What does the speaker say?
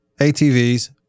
ATVs